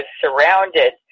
surrounded